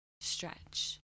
stretch